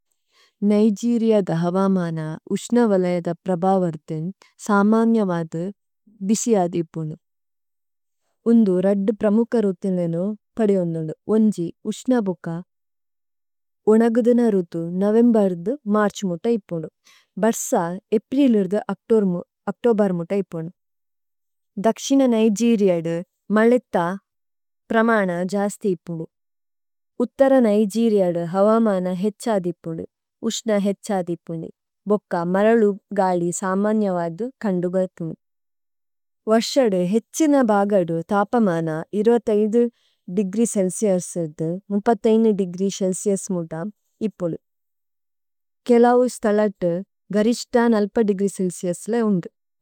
Nigeria ദ ഹവമന ഉശ്നവലൈദ പ്രബവര് തേന് സമന്ഗമദു വിസ്യദിപുനു। ഉന്ദു രദ്ദു പ്രമുകര് ഉത്തിന്ലേനു പദിയോന്നുലു ഉന്ജി ഉശ്നബുക। ഉനഗുദനരുതു നവേമ്ബരദു മര്ഛു മോതൈപുനു। ബര്സ ഏപ്പ്രീലിര്ഥു അക്തോര്മു, അക്തോബര് മോതൈപുനു। ദക്ശിന നൈജിരിഅ ദ മല്ലേത്ത പ്രമന ജസ്ഥിപുനു। ഉത്തര നൈജിരിഅ ദ ഹവമന ഹേഛ്ഛദിപുനു। ഉശ്ന ഹേഛ്ഛദിപുനു। ബോക്ക മരലു ഗലി സമന്യവദു കന്ദുഗഥുനു। വശദു ഹേഛ്ഛിന ബഗദു തപമന ദേഗ്രീ ചേല്സിഉസ് ര്ഥു, ദേഗ്രീ ചേല്സിഉസ് മുദമ് ഇപുലു। കേലൌ സ്തലത്തു ഗരിശ്തന് അല്പ ദേഗ്രീ ചേല്സിഉസ് ലേ ഉന്ദു।